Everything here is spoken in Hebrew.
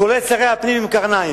כולל שרי הפנים עם קרניים,